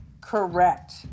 correct